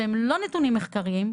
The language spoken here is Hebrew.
והם לא נתונים מחקריים,